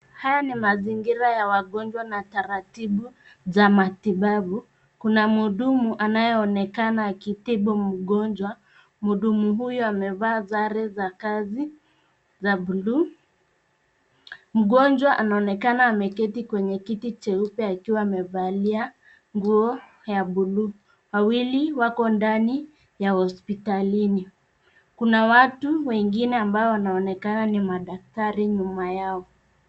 Haya ni ya mazingira ya wagonjwa na taratibu za matibabu. Kuna mhudumu anayeonekana akitibu mgonjwa. Mhudumu huyu amevaa sare za kazi za buluu. Mgonjwa anaonekana ameketi kwenye kiti cheupe akiwa amevalia nguo ya buluu. Wawili wako ndani ya hospitalini. Kuna watu wengine ambao wanaonekana ni madaktari nyuma yao .